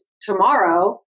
tomorrow